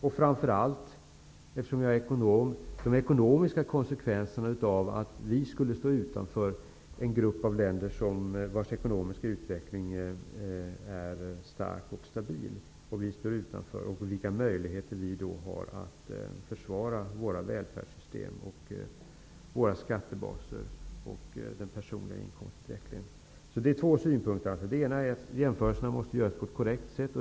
Och framför allt, eftersom jag är ekonom: Vilka blir de ekonomiska konsekvenserna av att vi skulle stå utanför en grupp av länder vilkas ekonomiska utveckling är stark och stabil? Vilka möjligheter har vi då att försvara våra välfärdssystem, våra skattebaser och den personliga inkomstutvecklingen? Jag har alltså två synpunkter. Den ena är att jämförelserna måste göras på ett korrekt sätt.